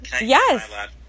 Yes